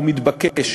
הוא מתבקש.